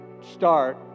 start